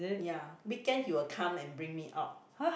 ya weekend he will come and bring me out